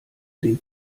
den